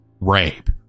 rape